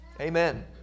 Amen